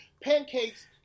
pancakes